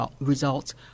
results